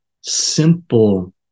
simple